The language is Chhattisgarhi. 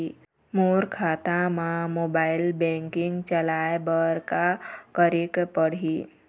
मोर खाता मा मोबाइल बैंकिंग चलाए बर का करेक पड़ही?